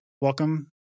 welcome